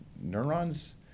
neurons